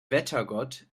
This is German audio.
wettergott